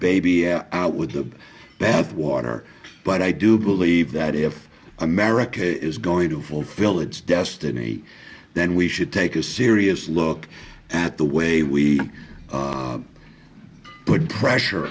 baby out with the bathwater but i do believe that if america is going to fulfill its destiny then we should take a serious look at the way we put pressure